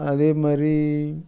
அதே மாதிரி